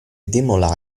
demo